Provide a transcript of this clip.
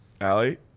Allie